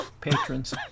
patrons